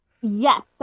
yes